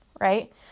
right